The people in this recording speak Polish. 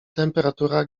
temperatura